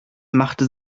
machte